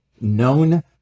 known